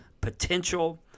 potential